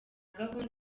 gahunda